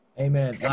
Amen